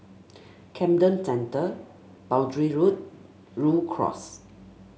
Camden Centre Boundary Road Rhu Cross